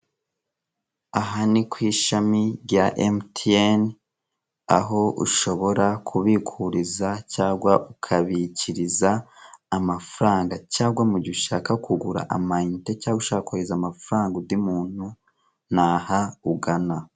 Aha ni ku ishami rya MTN, aho ushobora kubikuriza cyangwa ukabikiriza amafaranga cyangwa mu gihe ushaka kugura amayinite cyangwa ushaka kohereza amafaranga undi muntu, ni aha ugana.